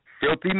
Filthy